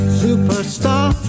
superstar